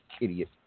idiot